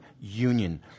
union